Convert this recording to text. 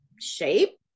shape